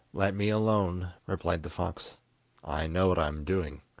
let me alone replied the fox i know what i am doing.